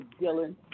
Dylan